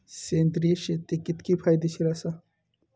सेंद्रिय शेती कितकी फायदेशीर आसा?